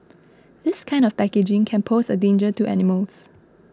this kind of packaging can pose a danger to animals